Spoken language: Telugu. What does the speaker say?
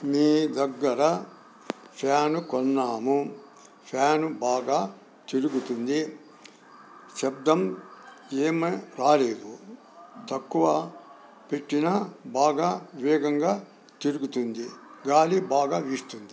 మీ దగ్గర ఫ్యాను కొన్నాము ఫ్యాన్ బాగా తిరుగుతుంది శబ్దం ఏమి రాలేదు తక్కువ పెట్టినా బాగా వేగంగా తిరుగుతుంది గాలి బాగా వీస్తుంది